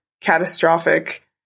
catastrophic